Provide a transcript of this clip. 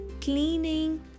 cleaning